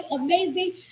amazing